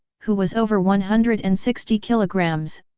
who was over one hundred and sixty kilograms,